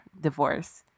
divorce